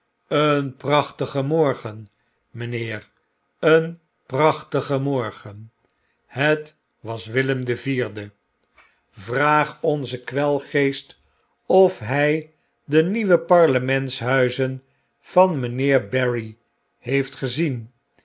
een prachtige morgen mynheer een prachtige morgen het was willem de vlerdel vraag onzen kwelgeest of hg de nieuwe